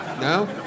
No